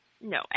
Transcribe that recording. No